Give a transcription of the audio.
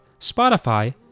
Spotify